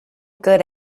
good